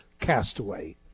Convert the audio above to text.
*Castaway*